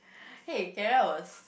hey Kara was